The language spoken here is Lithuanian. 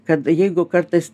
kad jeigu kartais